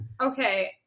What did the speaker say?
Okay